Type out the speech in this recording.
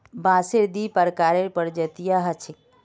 बांसेर दी प्रकारेर प्रजातियां ह छेक